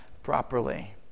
Properly